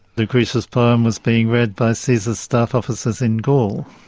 lucretius's poem was being read by caesar's staff officers in gaul,